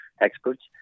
experts